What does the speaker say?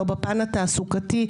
לא בפן התעסוקתי,